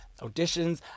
auditions